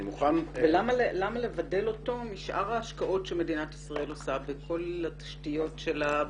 למה לבדל אותו משאר ההשקעות שמדינת ישראל עושה בכל התשתיות שלה,